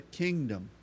kingdom